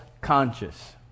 conscious